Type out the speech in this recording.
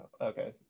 Okay